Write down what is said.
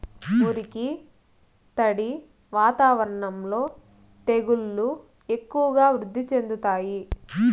మురికి, తడి వాతావరణంలో తెగుళ్లు ఎక్కువగా వృద్ధి చెందుతాయి